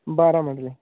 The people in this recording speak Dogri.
बारां मरले